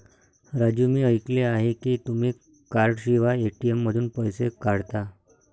राजू मी ऐकले आहे की तुम्ही कार्डशिवाय ए.टी.एम मधून पैसे काढता